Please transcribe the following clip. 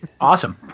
Awesome